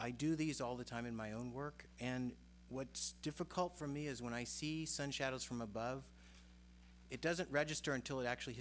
i do these all the time in my own work and what's difficult for me is when i see some shadows from above it doesn't register until it actually